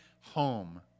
home